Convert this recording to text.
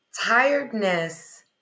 tiredness